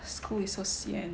school is so sian